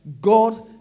God